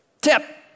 tip